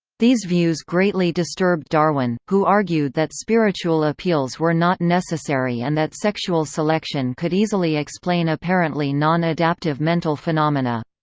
these views greatly disturbed darwin, who argued that spiritual appeals were not necessary and that sexual selection could easily explain apparently non-adaptive mental phenomena.